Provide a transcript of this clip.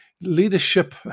leadership